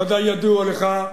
בוודאי ידוע לך,